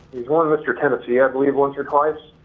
he's won and mr. tennessee i believe, once or twice.